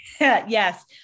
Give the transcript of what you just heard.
Yes